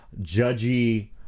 judgy